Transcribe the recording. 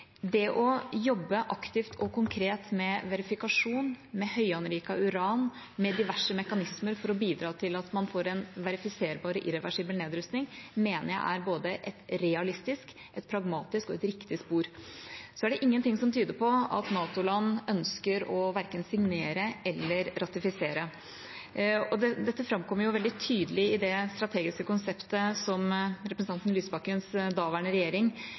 Det å jobbe aktivt og konkret med verifikasjon, med høyanriket uran, med diverse mekanismer for å bidra til at man får en verifiserbar og irreversibel nedrustning, mener jeg er både et realistisk, et pragmatisk og et riktig spor. Det er ingenting som tyder på at NATO-land ønsker verken å signere eller å ratifisere. Dette framkommer veldig tydelig i det strategiske konseptet som representanten Lysbakkens daværende regjering